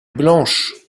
blanche